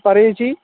പറയൂ ഏച്ചീ